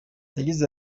yagize